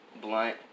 blunt